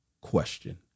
question